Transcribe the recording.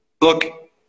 Look